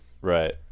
Right